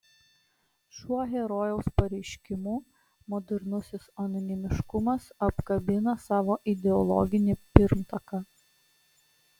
šiuo herojaus pareiškimu modernusis anonimiškumas apkabina savo ideologinį pirmtaką